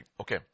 Okay